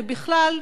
ובכלל,